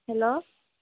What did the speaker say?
hello